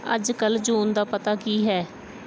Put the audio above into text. ਅੱਜ ਕੱਲ੍ਹ ਜੂਨ ਦਾ ਪਤਾ ਕੀ ਹੈ